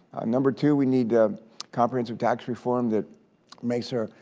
number two we need ah comprehensive tax reform that makes our,